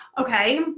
Okay